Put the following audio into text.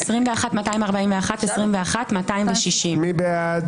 21,401 עד 21,420. מי בעד?